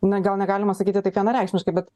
na gal negalima sakyti taip vienareikšmiškai bet